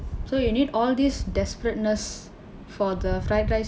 so you need all these desperateness for the fried rice